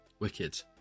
Wicked